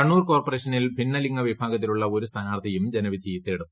കണ്ണൂർ കോർപ്പറേഷനിൽ ഭിന്നലിംഗ വിഭാഗത്തിലുള്ള ഒരു സ്ഥാനാർത്ഥിയും ജനവിധി തേടും